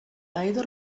either